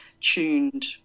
tuned